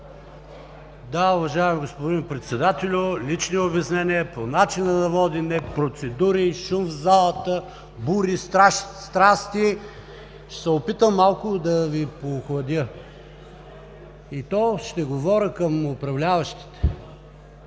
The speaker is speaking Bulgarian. Да, уважаеми господин Председателю, лични обяснения, по начина на водене, процедури, шум в залата, бури, страсти. Ще се опитам малко да Ви поохладя. И то ще говоря към управляващите.